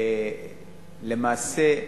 למעשה,